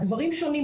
הדברים שונים.